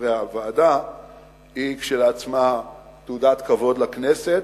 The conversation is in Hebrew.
חברי הוועדה היא כשלעצמה תעודת כבוד לכנסת,